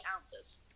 ounces